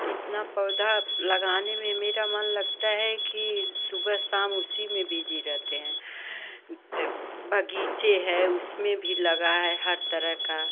इतना पौधा लगाने में ही मेरा मन लगता है कि सुबह शाम उसी में बिजी रहते हैं बगीचे हैं उसमें भी लगा है हर तरह का